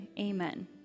amen